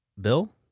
Bill